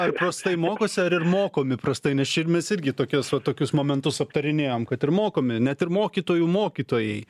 ar prastai mokosi ar ir mokomi prastai nes čia ir mes irgi tokias va tokius momentus aptarinėjom kad ir mokomi net ir mokytojų mokytojai